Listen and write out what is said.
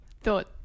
thought